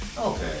okay